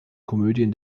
komödien